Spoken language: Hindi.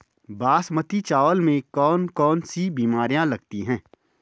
बासमती चावल में कौन कौन सी बीमारियां लगती हैं?